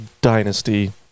dynasty